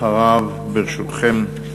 אחריו, ברשותכם,